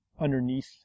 underneath